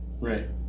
Right